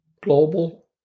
global